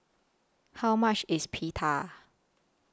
How much IS Pita